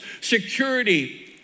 security